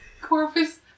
Corpus